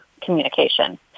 communication